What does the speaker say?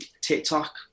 TikTok